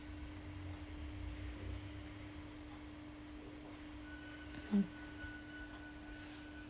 mm